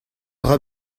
dra